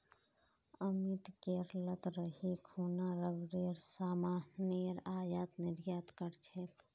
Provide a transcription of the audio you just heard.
अमित केरलत रही खूना रबरेर सामानेर आयात निर्यात कर छेक